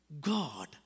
God